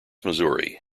missouri